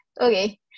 Okay